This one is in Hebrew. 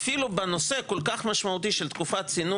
אפילו בנושא הכל כך משמעותי של תקופת צינון,